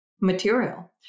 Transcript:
material